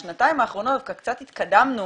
בשנתיים האחרונות דווקא קצת התקדמנו